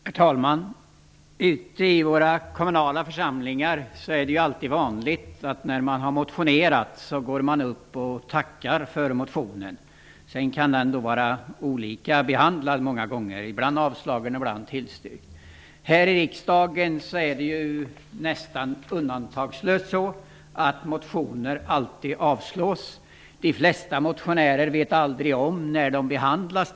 Herr talman! Ute i våra kommunala församlingar är det vanligt att man när man motionerat går upp och tackar. Den kan vara olika behandlad, ibland avstyrkt, ibland tillstyrkt. Här i riksdagen är det nästan undantagslöst så att motioner avslås. De flesta motionärer vet aldrig om när motionen behandlas.